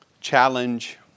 challenge